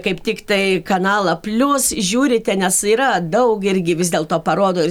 kaip tiktai kanalą plius žiūrite nes yra daug irgi vis dėlto parodo ir